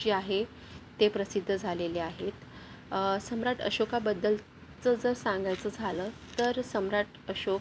जे आहे ते प्रसिद्ध झालेले आहेत सम्राट अशोकाबद्दलचं जर सांगायचं झालं तर सम्राट अशोक